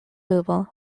kubo